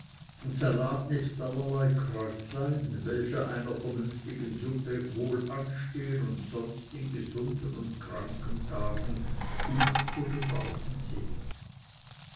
allerlei kräutlein welche einer vernünftigen suppe wohl anstehen und sonst in gesunden und kranken tagen gut zu gebrauchen sind